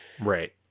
Right